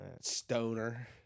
Stoner